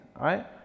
right